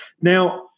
Now